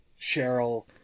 Cheryl